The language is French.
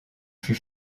fut